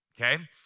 Okay